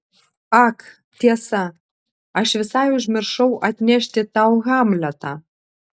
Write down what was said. ak tiesa aš visai užmiršau atnešti tau hamletą